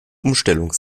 umstellung